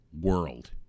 world